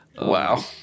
Wow